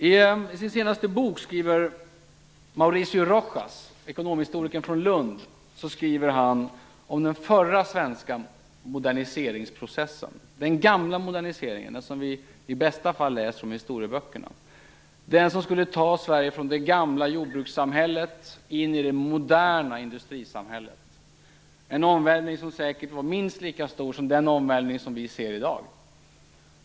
I sin senaste bok skriver Mauricio Rojas, ekonomhistorikern från Lund, om den förra svenska moderniseringsprocessen. Det är den gamla modernisering som vi i bästa fall läser om i historieböckerna, den som skulle ta Sverige från det gamla jordbrukssamhället in i det moderna industrisamhället. Det var en omvälvning som säkert var minst lika stor som den omvälvning vi ser i dag.